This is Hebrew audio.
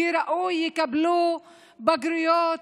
כראוי, יקבלו בגרויות?